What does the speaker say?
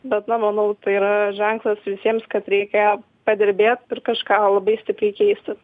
bet na manau tai yra ženklas visiems kad reikia padirbėt ir kažką labai stipriai keisti